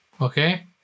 okay